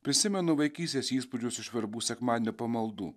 prisimenu vaikystės įspūdžius iš verbų sekmadienio pamaldų